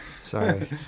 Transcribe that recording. Sorry